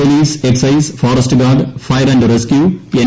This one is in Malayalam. police excise forest guards fire and rescue N